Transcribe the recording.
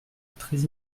très